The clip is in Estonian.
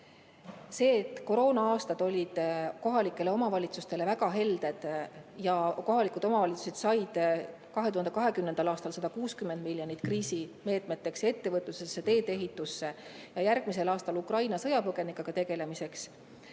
aga koroona-aastad olid kohalikele omavalitsustele väga helded. Kohalikud omavalitsused said 2020. aastal 160 miljonit kriisimeetmeteks, ettevõtluseks, teedeehituseks ja järgmisel aastal Ukraina sõjapõgenikega tegelemiseks.